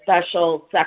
special